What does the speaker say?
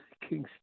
Kingston